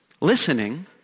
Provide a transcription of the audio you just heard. Listening